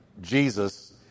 Jesus